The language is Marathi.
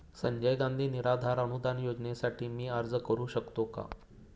संजय गांधी निराधार अनुदान योजनेसाठी मी अर्ज करू शकतो का?